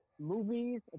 Movies